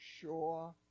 sure